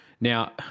now